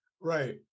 right